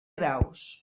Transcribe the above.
graus